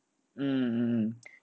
mmhmm